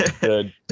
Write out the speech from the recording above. Good